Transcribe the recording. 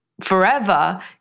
forever